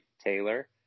Taylor